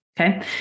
Okay